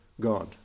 God